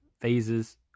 phases